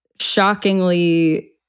shockingly